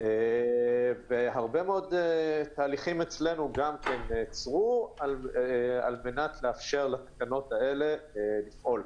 והרבה מאוד תהליכים אצלנו נעצרו על מנת לאפשר לתקנות האלה לפעול.